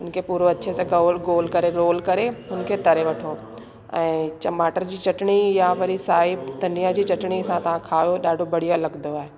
उनखे पूरो अच्छे से गोल गोल करे रोल करे हुनखे तरे वठो ऐं टमाटर जी चटणी या वरी साई धनिया जी चटणी सां तव्हां खाओ ॾाढो बढ़िया लॻंदो आहे